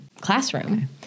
classroom